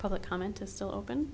public comment is still open